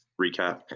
recap